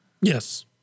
Yes